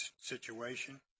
situation